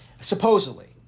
supposedly